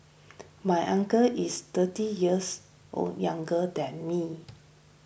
my uncle is thirty years old younger than me